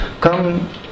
Come